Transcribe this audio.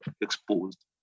exposed